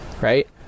Right